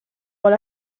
vol